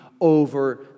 over